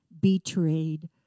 betrayed